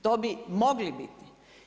To bi mogli biti.